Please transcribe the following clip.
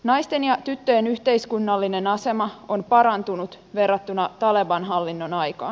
naisten ja tyttöjen yhteiskunnallinen asema on parantunut verrattuna taleban hallinnon aikaan